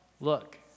look